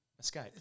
escape